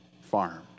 farmed